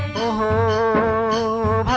o